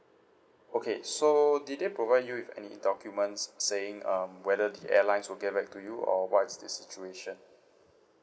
okay so did they provide you with any documents saying um whether the airlines will get back to you or what's the situation